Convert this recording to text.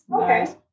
Okay